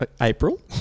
April